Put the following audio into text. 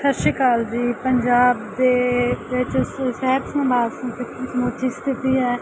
ਸਤਿ ਸ਼੍ਰੀ ਅਕਾਲ ਜੀ ਪੰਜਾਬ ਦੇ ਵਿੱਚ ਸੇ ਸਿਹਤ ਸੰਭਾਲ ਦੀ ਸਮੁੱਚੀ ਸਥਿਤੀ ਹੈ